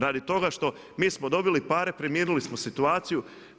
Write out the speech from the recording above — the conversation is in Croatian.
Radi toga, što mi smo dobili pare, primirili smo situaciju.